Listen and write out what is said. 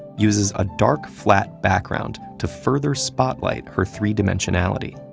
uses a dark, flat background to further spotlight her three-dimensionality.